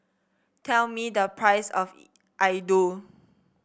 tell me the price of laddu